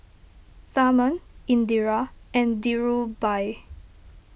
Tharman Indira and Dhirubhai